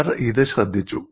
അവർ ഇത് ശ്രദ്ധിച്ചു